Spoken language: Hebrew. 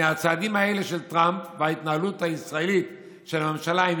מהצעדים האלה של טראמפ וההתנהלות הישראלית של הממשלה עם